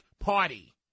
Party